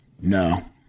No